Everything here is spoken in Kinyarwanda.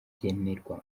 kigenerwa